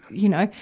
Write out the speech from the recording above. you know.